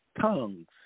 tongues